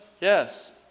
Yes